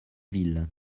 ville